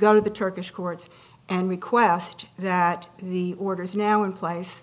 go to the turkish courts and request that the orders now in place